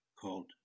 called